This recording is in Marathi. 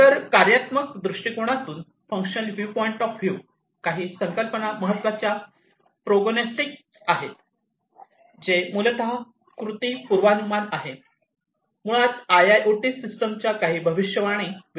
तर कार्यात्मक दृष्टिकोनातून काही संकल्पना महत्त्वाच्या प्रोगग्नोस्टिक्स आहेत जे मूलतः कृती पूर्वानुमान आहे मुळात आयआयओटी सिस्टीमच्या काही भविष्यवाणी विश्लेषक इंजिनची क्रिया आहे